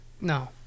No